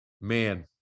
Man